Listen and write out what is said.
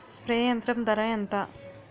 Spray యంత్రం ధర ఏంతా?